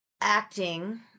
acting